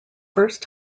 first